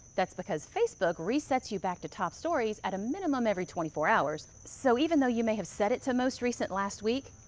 that's because facebook resets you back to top stories at a minimum every twenty four hours. so even though you may have set it to most recent last week,